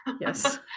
Yes